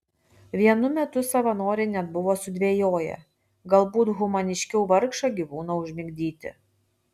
vienu metu savanoriai net buvo sudvejoję galbūt humaniškiau vargšą gyvūną užmigdyti